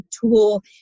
tool